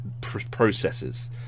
processes